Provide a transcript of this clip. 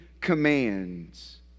commands